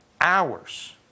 hours